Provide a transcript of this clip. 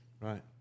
right